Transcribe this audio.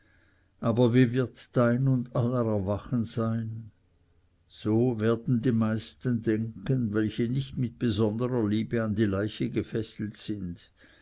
aber wie wird dein und aller erwachen sein so werden die meisten denken welche nicht mit besonderer liebe an die leiche gefesselt sind